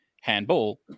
handball